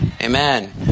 Amen